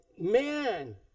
man